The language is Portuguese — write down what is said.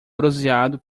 bronzeado